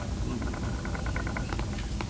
global warming will reach